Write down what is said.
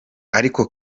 ariko